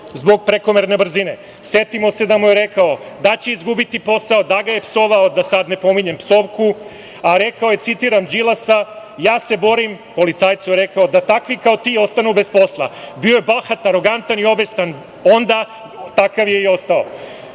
zbog prekomerne brzine. Setimo se da mu je rekao da će izgubiti posao, da ga je psovao, da sad ne pominjem psovku, a rekao je, citiram Đilasa: „Ja se borim…“ policajcu je rekao „…da takvi kao ti ostanu bez posla“. Bio je bahat, arogantan i obestan onda, takav je i ostao. Kao